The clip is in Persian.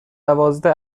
دوازده